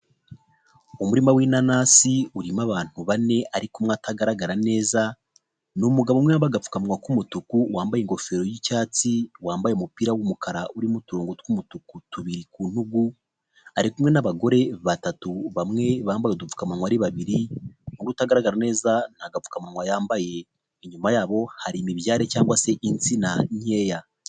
Umurima w'inanasi urimo abantu bane ariko umwe atagaragara neza. Ni umugabo umwe wambaye agapfukamunwa k'umutuku, wambaye ingofero y'icyatsi, wambaye umupira w'umukara urimo uturongo tw'umutuku tubiri ku ntugu. Ari kumwe n'abagore batatu bamwe bambaye udupfukamunwa ari babiri, umwe utagaragara neza nta gapfukamunwa yambaye. Inyuma yabo hari imibyare cyangwa se insina nkeya.